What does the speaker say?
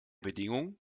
bedingung